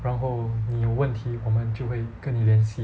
然后你有问题我们就会跟你联系